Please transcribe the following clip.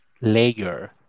layer